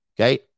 Okay